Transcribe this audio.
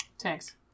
Thanks